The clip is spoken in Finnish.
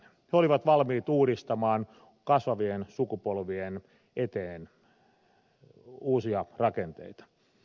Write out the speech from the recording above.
se oli valmis uudistamaan kasvavien sukupolvien eteen uusia rakenteita